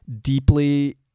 deeply